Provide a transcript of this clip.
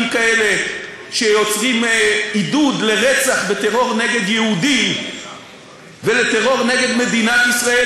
כאלה שיוצרים עידוד לרצח וטרור נגד יהודים וטרור נגד מדינת ישראל,